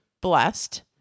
blessed